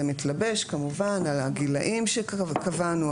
זה מתלבש כמובן על הגילאים שקבענו,